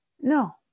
No